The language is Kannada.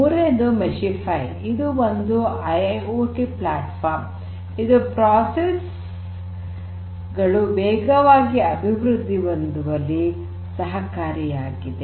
ಮೂರನೆಯದು ಮೆಶಿಫೈ ಇದು ಒಂದು ಐಐಓಟಿ ಪ್ಲಾಟ್ಫಾರ್ಮ್ ಇದು ಪ್ರೋಸೆಸ್ ಗಳು ವೇಗವಾಗಿ ಅಭಿವೃದ್ಧಿ ಹೊಂದುವಲ್ಲಿ ಸಹಕಾರಿಯಾಗಿದೆ